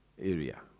area